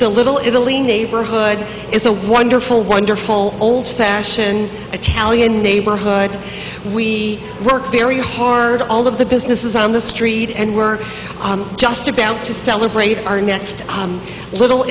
the little italy neighborhood is a wonderful wonderful old fashioned italian neighborhood we work very hard all of the business is on the street and we're just about to celebrate our next little